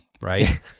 right